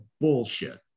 bullshit